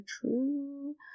true